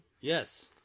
Yes